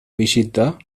بشدة